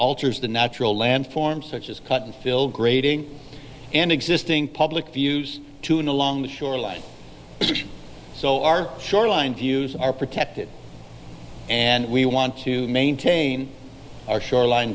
alters the natural land forms such as cut and fill grading and existing public views to and along the shoreline so our shoreline views are protected and we want to maintain our shoreline